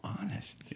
honest